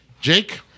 Jake